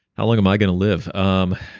how long am i going to live? um